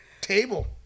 table